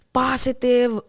positive